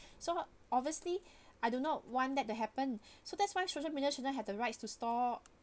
so obviously I do not want that to happen so that's why social media shouldn't have the rights to store